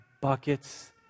buckets